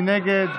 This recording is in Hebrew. מי נגד?